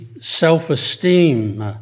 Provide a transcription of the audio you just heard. self-esteem